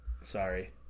sorry